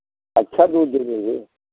अच्छा दूध देंगे जी